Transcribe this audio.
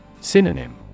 Synonym